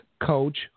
coach